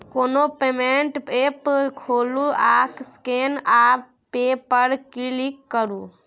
कोनो payment app खोलु आ स्कैन आ पे पर क्लिक करु